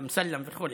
לאמסלם וכו',